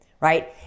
right